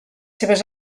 seves